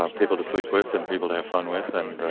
um people to sleep with and people to have fun with and